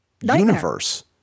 universe